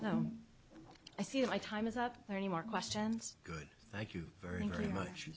i feel my time is up there any more questions good thank you very much